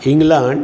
England